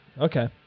Okay